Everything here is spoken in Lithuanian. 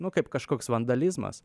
nu kaip kažkoks vandalizmas